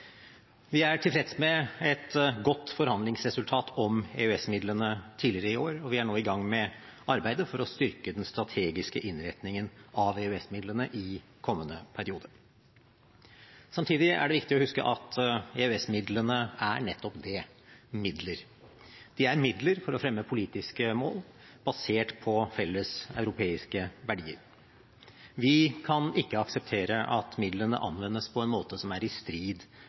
Vi er tilfreds med et godt forhandlingsresultat om EØS-midlene tidligere i år, og vi er nå i gang med arbeidet for å styrke den strategiske innretningen av EØS-midlene i kommende periode. Samtidig er det viktig å huske at EØS-midlene er nettopp det – midler. De er midler for å fremme politiske mål, basert på felles europeiske verdier. Vi kan ikke akseptere at midlene anvendes på en måte som er i strid